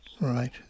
Right